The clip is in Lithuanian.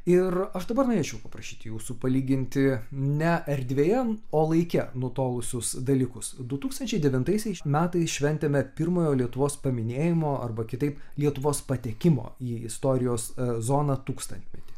ir aš dabar norėčiau paprašyti jūsų palyginti ne erdvėje o laike nutolusius dalykus du tūkstančiai devintaisiais metais šventėme pirmojo lietuvos paminėjimo arba kitaip lietuvos patekimo į istorijos zoną tūkstantmetį